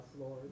Lord